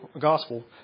gospel